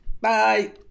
bye